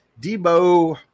Debo